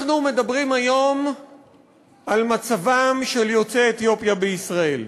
אנחנו מדברים היום על מצבם של יוצאי אתיופיה בישראל.